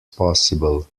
possible